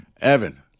Evan